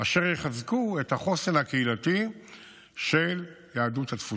אשר יחזקו את החוסן הקהילתי של יהדות התפוצות.